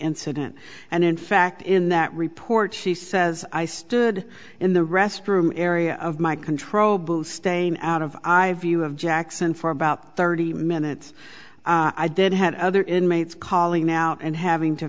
incident and in fact in that report she says i stood in the restroom area of my control booth staying out of i view of jackson for about thirty minutes i did had other inmates calling out and having to